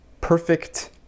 perfect